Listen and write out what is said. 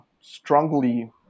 strongly